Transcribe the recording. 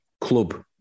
club